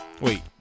Wait